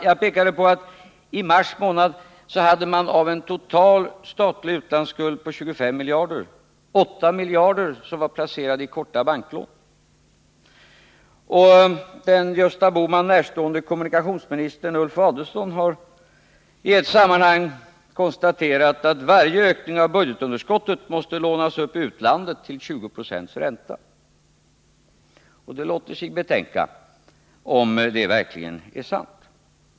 Jag pekade på att vi i mars månad av en total utlandsskuld på 25 miljarder hade 8 miljarder placerade i korta banklån. Den Gösta Bohman närstående kommunikationsministern Ulf Adelsohn har i ett sammanhang konstaterat att varje ökning av budgetunderskottet måste lånas upp i utlandet till en ränta av 20 Ze. Det låter sig betänka — om det verkligen är sant.